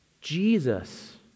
Jesus